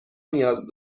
نیاز